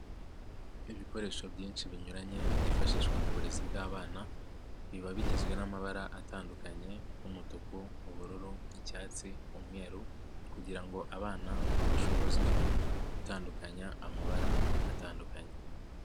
Ibikoresho byinshi binyuranye byifashishwa mu burezi bw'abana, biba bigizwe n'amabara atandukanye; nk'umutuku, ubururu, icyatsi, umweru kugira ngo abana bashobozwe gutandukanya amabara atandukanye.